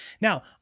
Now